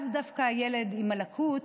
לאו דווקא הילד עם הלקות,